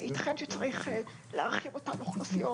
ייתכן שצריך להרחיב אותה לאותן אוכלוסיות